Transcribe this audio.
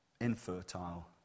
infertile